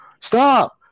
stop